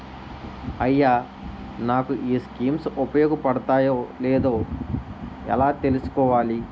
అయ్యా నాకు ఈ స్కీమ్స్ ఉపయోగ పడతయో లేదో ఎలా తులుసుకోవాలి?